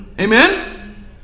Amen